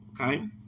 Okay